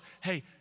hey